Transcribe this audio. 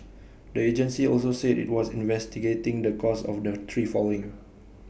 the agency also said IT was investigating the cause of the tree falling